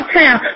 town